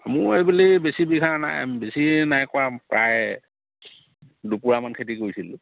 মোৰ এইবেলি বেছি বিঘা নাই বেছি নাই কৰা প্ৰায় দুপুৰামান খেতি কৰিছিলোঁ